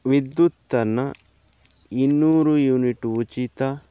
ವಿದ್ಯುತ್ತನ್ನ ಇನ್ನೂರು ಯೂನಿಟ್ ಉಚಿತ